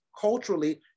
culturally